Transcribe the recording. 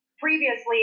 Previously